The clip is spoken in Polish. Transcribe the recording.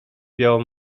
białą